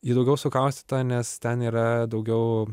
ji daugiau sukaustyta nes ten yra daugiau